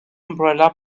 umbrella